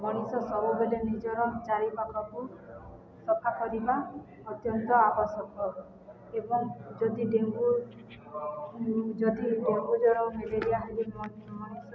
ମଣିଷ ସବୁବେଳେ ନିଜର ଚାରିପାଖକୁ ସଫା କରିବା ଅତ୍ୟନ୍ତ ଆବଶ୍ୟକ ଏବଂ ଯଦି ଡେଙ୍ଗୁ ଯଦି ଡେଙ୍ଗୁ ଜ୍ୱର ମେଲେରିଆ ହେଲେ ମଣିଷ